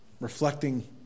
reflecting